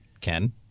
Ken